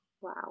Wow